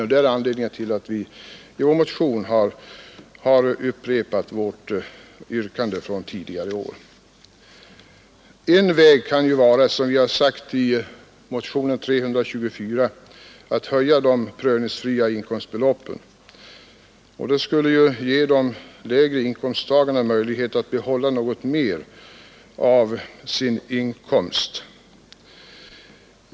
Detta är anledningen till att vi i vår motion har upprepat vårt yrkande från tidigare år. En väg kan vara att, som vi har föreslagit i motionen 324, höja de prövningsfria inkomstbeloppen. Detta skulle ge de lägre inkomsttagarna möjlighet att behålla något mer av sin inkomst.